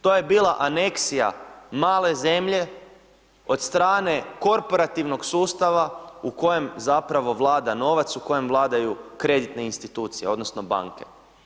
To je bila aneksija male zemlje od strane korporativnog sustava u kojem zapravo vlada novac, u kojem vladaju kreditne institucije odnosno banke.